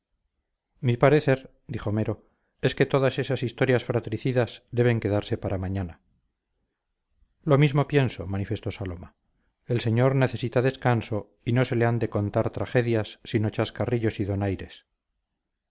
mi parecer dijo mero es que todas esas historias fratricidas deben quedarse para mañana lo mismo pienso manifestó saloma el señor necesita descanso y no se le han de contar tragedias sino chascarrillos y donaires